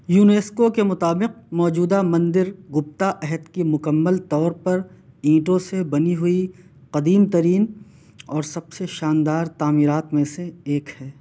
UNESCO کے مطابق موجودہ مندر گپتا عہد کی مکمل طور پر اینٹوں سے بنی ہوئی قدیم ترین اور سب سے شاندار تعمیرات میں سے ایک ہے